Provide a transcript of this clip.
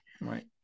Right